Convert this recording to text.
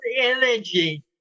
energy